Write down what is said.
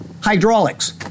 hydraulics